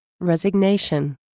resignation